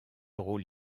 rôle